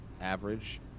average